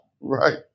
Right